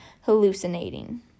hallucinating